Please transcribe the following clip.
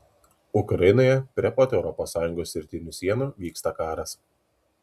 ukrainoje prie pat europos sąjungos rytinių sienų vyksta karas